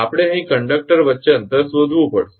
આપણે અહીં કંડક્ટર વચ્ચે અંતર શોધવું પડશે